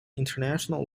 international